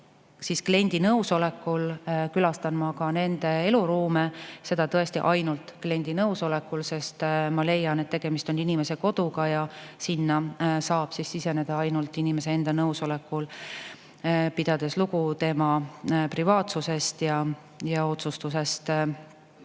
kliendi nõusolekul külastan ma ka nende eluruume. Seda tõesti ainult kliendi nõusolekul, sest ma leian, et tegemist on inimese koduga ja sinna saab siseneda ainult inimese enda nõusolekul, pidades lugu tema privaatsusest ja [soovidest].